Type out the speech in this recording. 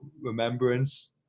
remembrance